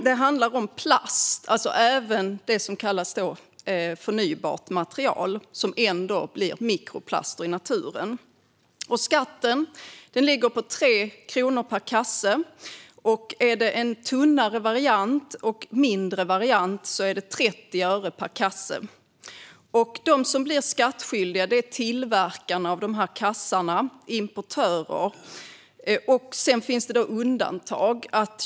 Det gäller dock även plastkassar av det som kallas förnybart material, som också blir mikroplaster i naturen. Skatten ligger på 3 kronor per kasse. Är det en tunnare och mindre variant är det 30 öre per kasse. De som blir skattskyldiga är tillverkarna och importörerna. Sedan finns det undantag.